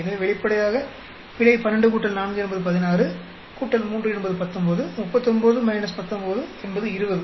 எனவே வெளிப்படையாக பிழை 12 4 என்பது 16 3 என்பது 19 39 19 என்பது 20